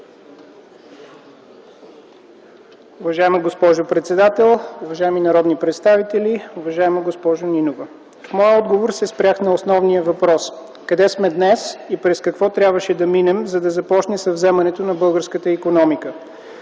Уважаема госпожо председател, уважаеми народни представители, уважаема госпожо Нинова! В моя отговор се спрях на основния въпрос: къде сме днес и през какво трябваше да минем, за да започне съвземането на българската икономика?